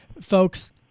folks